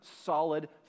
solid